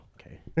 okay